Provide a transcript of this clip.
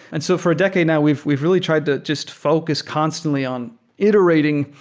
and so for a decade now, we've we've really tried to just focus constantly on iterating,